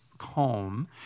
home